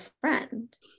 friend